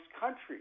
countries